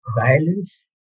violence